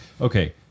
okay